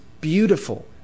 beautiful